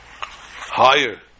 higher